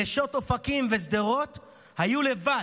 נשות אופקים ושדרות היו לבד,